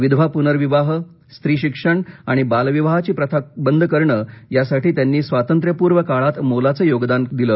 विधवा पुनर्विवाह स्त्रीशिक्षण आणि बालविवाहाची प्रथा बंद करणे यासाठी त्यांनी स्वातंत्र्यपूर्व काळात मोलाचं काम केलं